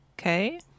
okay